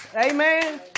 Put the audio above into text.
Amen